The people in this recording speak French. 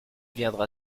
viendra